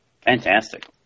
Fantastic